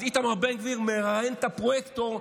אז איתמר בן גביר מראיין את הפרויקטור,